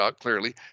clearly